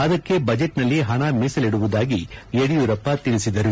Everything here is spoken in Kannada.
ಅದಕ್ಕೆ ಬಜೆಟ್ ನಲ್ಲಿ ಹಣ ಮೀಸಲಿಡುವುದಾಗಿ ಯಡಿಯೂರಪ್ಪ ತಿಳಿಸಿದರು